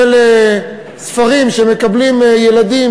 של ספרים שמקבלים ילדים,